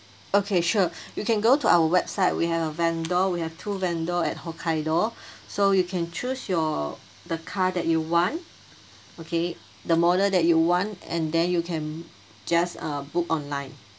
okay sure you can go to our website we have a vendor we have two vendor at hokkaido so you can choose your the car that you want okay the model that you want and then you can just uh book online